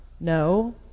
no